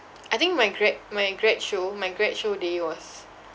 I think my grad my grad show my grad show day was